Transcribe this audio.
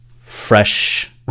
fresh